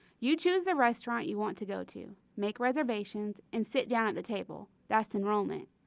you choose the restaurant you want to go to, make reservations, and sit down at the table that's enrollment.